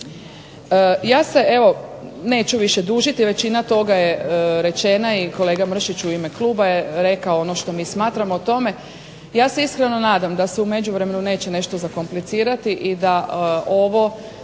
Ja se, evo neću više dužiti, većina toga je rečena i kolega Mršić u ime kluba je rekao ono što mi smatramo o tome. Ja se iskreno nadam da se u međuvremenu neće nešto zakomplicirati i da ovo